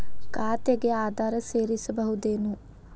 ಖಾತೆಗೆ ಆಧಾರ್ ಸೇರಿಸಬಹುದೇನೂ?